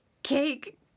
Cake